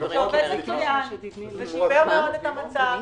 זה שיפר מאוד את המצב.